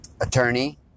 attorney